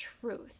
truth